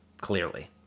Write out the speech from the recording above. clearly